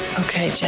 okay